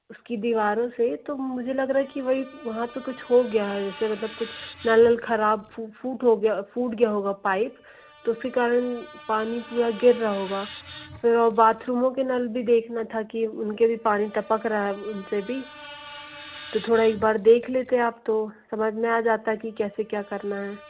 उसकी दीवारों से तो मुझे लग रहा है कि भाई वहाँ पर कुछ हो गया है जैसे मतलब कुछ नल वल ख़राब फूट हो गया फूट गया होगा पाइप तो उसके कारण पानी पूरा गिर रहा होगा फिर वो बाथरूमों के नल भी देखना था कि उनके भी पानी टपक रहा है उन से भी तो थोड़ा एक बार देख लेते आप तो समझ में आ जाता कि कैसे क्या करना है